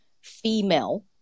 female